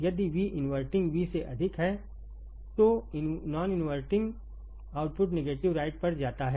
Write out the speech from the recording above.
यदि Vइनवर्टिंग Vसे अधिक है तोनॉन इनवर्टिंगआउटपुट नेगेटिव राइट पर जाता है